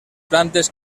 plantes